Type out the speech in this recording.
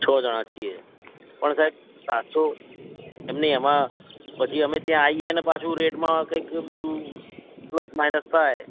છ જણા છીએ પણ સાહેબ સાતસો એમ નહીં એમાં પછી અમે ત્યાં આવીએ ને પાછું રેટમાં કંઈક બીજુ પ્લસ માઇનસ થાય